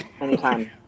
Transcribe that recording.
Anytime